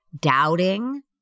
doubting